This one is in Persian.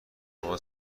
شما